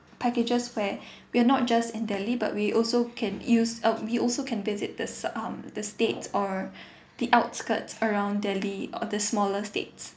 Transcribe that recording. packages where we are not just in delhi but we also can use uh we also can visit the s~ um the states or the outskirts around delhi or the smaller states